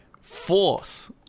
force